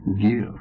give